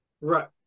Right